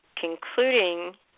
concluding